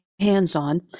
hands-on